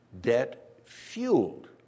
debt-fueled